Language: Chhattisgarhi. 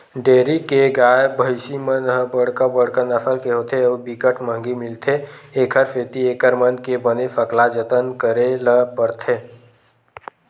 डेयरी के गाय, भइसी मन ह बड़का बड़का नसल के होथे अउ बिकट महंगी मिलथे, एखर सेती एकर मन के बने सकला जतन करे ल परथे